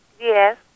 Yes